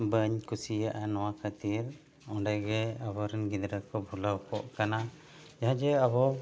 ᱵᱟᱹᱧ ᱠᱩᱥᱤᱭᱟᱜᱼᱟ ᱱᱚᱣᱟ ᱠᱷᱟᱹᱛᱤᱨ ᱚᱸᱰᱮ ᱜᱮ ᱟᱵᱚ ᱨᱮᱱ ᱜᱤᱫᱨᱟᱹ ᱠᱚ ᱵᱷᱩᱞᱟᱹᱣ ᱠᱚᱜ ᱠᱟᱱᱟ ᱡᱟᱦᱟᱸ ᱡᱮ ᱟᱵᱚ